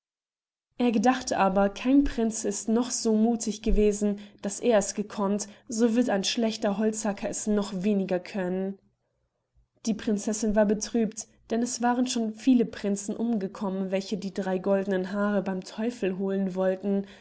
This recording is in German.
er gedachte aber kein prinz ist noch so muthig gewesen daß er es gekonnt so wird ein schlechter holzhacker es noch weniger können die prinzessin war betrüht denn es waren schon viele prinzen umgekommen welche die drei goldenen haare beim teufel holen wollten